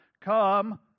Come